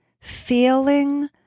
feeling